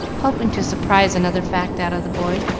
hoping to surprise another fact out of the boy.